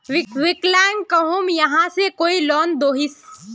विकलांग कहुम यहाँ से कोई लोन दोहिस?